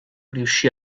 riuscì